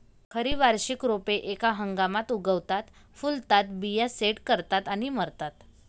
खरी वार्षिक रोपे एका हंगामात उगवतात, फुलतात, बिया सेट करतात आणि मरतात